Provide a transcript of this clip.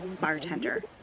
bartender